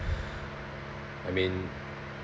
I mean